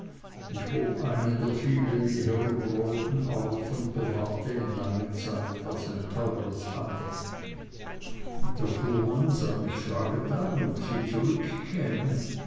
ich hob einen der vielen die herumrollten auf und bewahrte ihn lange zeit als ein teures andenken der fuhrmann sah mich fragend an ob sie zurückkäme